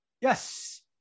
Yes